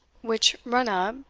which run up,